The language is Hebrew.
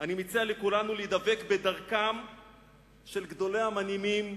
אני מציע לכולנו להידבק בדרכם של גדולי המאמינים,